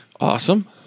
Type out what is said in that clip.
Awesome